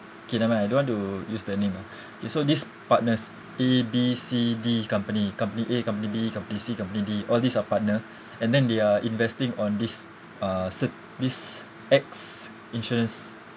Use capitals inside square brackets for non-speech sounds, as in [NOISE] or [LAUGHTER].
okay never mind I don't want to use the name ah [BREATH] okay so these partners A B C D company company A company B company C company D all these are partner and then they are investing on this uh cer~ this X insurance